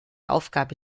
aufgabe